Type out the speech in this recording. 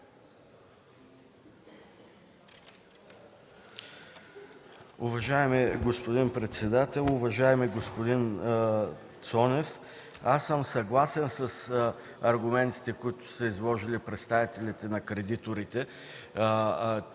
Уважаеми господин председател, уважаеми господин Цонев! Съгласен съм с аргументите, които са изложили представителите на кредиторите.